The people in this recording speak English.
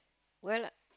well